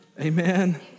Amen